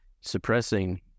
suppressing